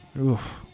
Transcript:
Oof